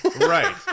Right